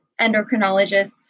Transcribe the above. endocrinologists